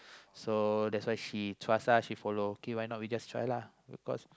so that's why she trust lah she follow okay why not we just try lah because